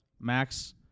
Max